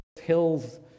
hills